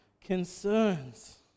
concerns